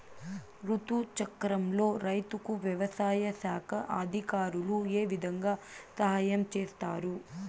రుతు చక్రంలో రైతుకు వ్యవసాయ శాఖ అధికారులు ఏ విధంగా సహాయం చేస్తారు?